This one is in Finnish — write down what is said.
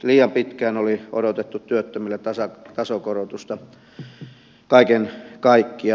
liian pitkään oli odotettu työttömille tasokorotusta kaiken kaikkiaan